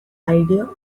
idea